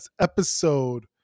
episode